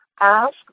ask